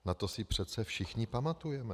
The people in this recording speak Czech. Na to si přece všichni pamatujeme!